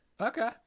Okay